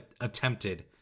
attempted